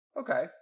Okay